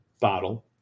bottle